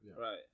Right